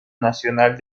nacional